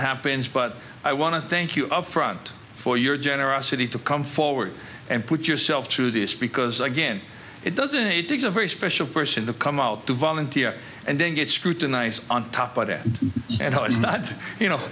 happens but i want to thank you upfront for your generosity to come forward and put yourself through this because again it doesn't it takes a very special person to come out to volunteer and then get scrutinized on top by that and how it's not you know